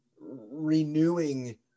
renewing